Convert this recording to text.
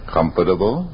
Comfortable